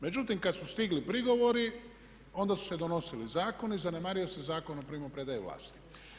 Međutim, kada su stigli prigovori onda su se donosili zakoni, zanemario se Zakon o primopredaji vlasti.